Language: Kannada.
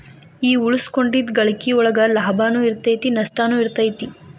ಈ ಉಳಿಸಿಕೊಂಡಿದ್ದ್ ಗಳಿಕಿ ಒಳಗ ಲಾಭನೂ ಇರತೈತಿ ನಸ್ಟನು ಇರತೈತಿ